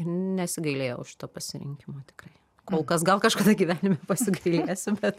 nesigailėjau šito pasirinkimo tikrai kol kas gal kažkada gyvenime pasigailėsiu bet